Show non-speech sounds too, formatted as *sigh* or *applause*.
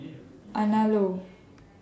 *noise* Anello